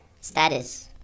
status